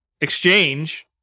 exchange